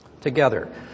Together